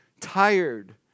tired